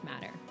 matter